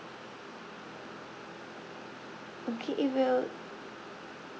okay it will